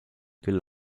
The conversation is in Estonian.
küll